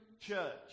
church